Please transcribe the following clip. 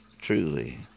truly